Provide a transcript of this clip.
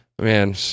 man